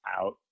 out